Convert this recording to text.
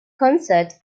concerts